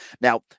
Now